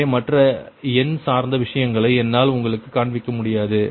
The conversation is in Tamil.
எனவே மற்ற எண் சார்ந்த விஷயங்களை என்னால் உங்களுக்கு காண்பிக்க முடியாது